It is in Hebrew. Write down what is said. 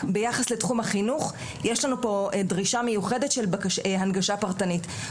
ביחס לתחום החינוך יש לנו פה דרישה מיוחדת של הנגשה פרטנית.